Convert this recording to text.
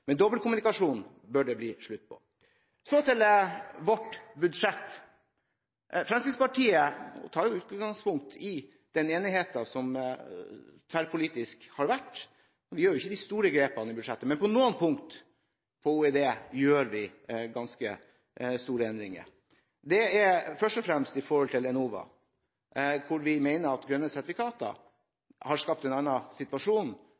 men dobbeltkommunikasjonen bør det bli slutt på. Så til vårt budsjett. Fremskrittspartiet tar utgangspunkt i den tverrpolitiske enigheten. Vi foretar ikke de store grepene, men på noen punkter på Olje- og energidepartementets budsjett gjør vi ganske store endringer. Det gjelder først og fremst Enova, hvor vi mener at grønne sertifikater har skapt en situasjon